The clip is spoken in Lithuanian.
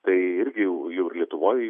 tai irgi jau jau ir lietuvoj